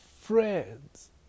friends